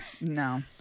no